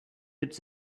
its